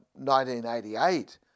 1988